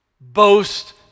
boast